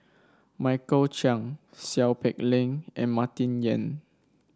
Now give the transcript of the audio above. Michael Chiang Seow Peck Leng and Martin Yan